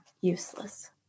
useless